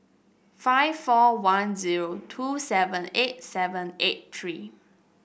five four one zero two seven eight seven eight three